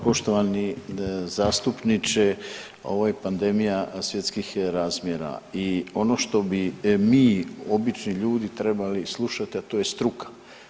Poštovani zastupniče, ovo je pandemija svjetskih razmjera i ono što bi mi obični ljudi trebali slušat, a to je struka.